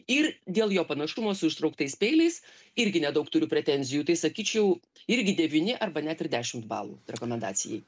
ir dėl jo panašumo su ištrauktais peiliais irgi nedaug turiu pretenzijų tai sakyčiau irgi devyni arba net ir dešimt balų rekomendacijai